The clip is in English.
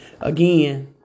again